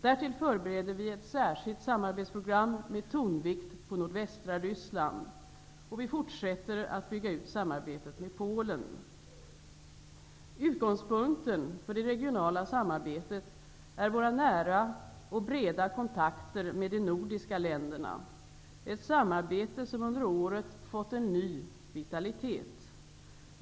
Därtill förbereder vi ett särskilt samarbetsprogram med tonvikt på nordvästra Ryssland. Vi fortsätter att bygga ut samarbetet med Polen. Utgångspunkten för det regionala samarbetet är våra nära och breda kontakter med de nordiska länderna -- ett samarbete som under året fått en ny vitalitet.